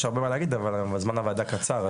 יש הרבה מה להגיד, אבל הזמן בוועדה קצר.